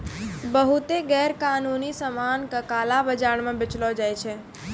बहुते गैरकानूनी सामान का काला बाजार म बेचलो जाय छै